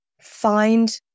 find